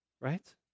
Right